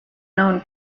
known